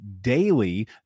daily